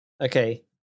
Okay